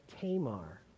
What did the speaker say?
Tamar